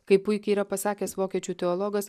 kaip puikiai yra pasakęs vokiečių teologas